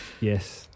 Yes